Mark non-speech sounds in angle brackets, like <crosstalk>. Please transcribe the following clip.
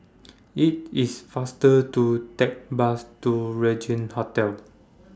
IT IS faster to Take Bus to Regin Hotel <noise>